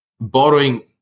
Borrowing